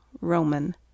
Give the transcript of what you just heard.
Roman